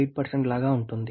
8 లాగా ఉంటుంది